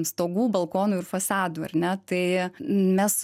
stogų balkonų ir fasadų ar ne tai mes